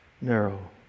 narrow